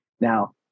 Now